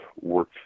work